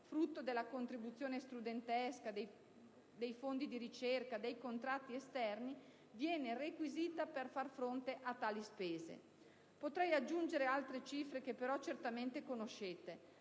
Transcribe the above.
frutto della contribuzione studentesca, dei fondi di ricerca, dei contratti esterni - viene requisita per far fronte a tali spese. Potrei aggiungere altre cifre, che però certamente conoscete: